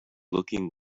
looking